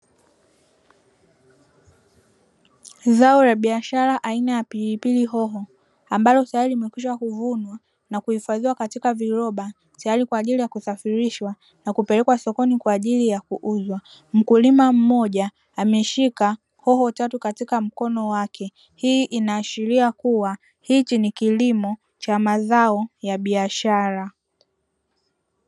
Zao la biashara aina ya pilipili hoho, ambalo tayari limekwisha kuvunwa na kuhifadhiwa katika viroba, tayari kwa ajili ya kusafirishwa na kupelekwa sokoni kwa ajili ya kuuzwa. Mkulima mmoja, ameshika hoho tatu katika mkono wake. Hii inaashiria kuwa, hichi ni kilimo cha mazao ya baishara.